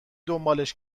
دنبالش